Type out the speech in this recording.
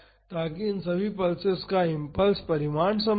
ताकि इन सभी पल्सेस का इम्प्लस परिमाण समान हो